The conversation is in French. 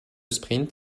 sprint